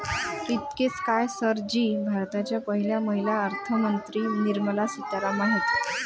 इतकेच काय, सर जी भारताच्या पहिल्या महिला अर्थमंत्री निर्मला सीतारामन आहेत